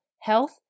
health